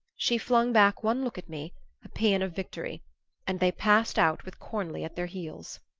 she flung back one look at me a paean of victory and they passed out with cornley at their heels.